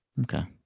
okay